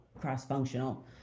cross-functional